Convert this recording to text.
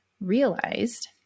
realized